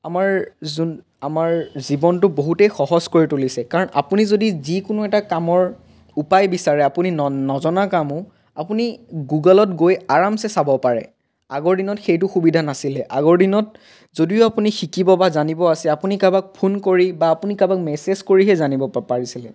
আমাৰ যোন আমাৰ জীৱনটো বহুতেই সহজ কৰি তুলিছে কাৰণ আপুনি যদি যিকোনো এটা কামৰ উপায় বিচাৰে আপুনি ন নজনা কামো আপুনি গুগলত গৈ আৰামছে চাব পাৰে আগৰ দিনত সেইটো সুবিধা নাছিলে আগৰ দিনত যদিও আপুনি শিকিব বা জানিব আছে আপুনি কাৰোবাক ফোন কৰি বা আপুনি কাৰোবাক মেছেজ কৰিহে জানিব পা পাৰিছিলে